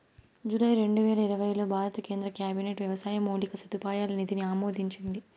July రెండువేల ఇరవైలో భారత కేంద్ర క్యాబినెట్ వ్యవసాయ మౌలిక సదుపాయాల నిధిని ఆమోదించింది